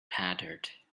pattered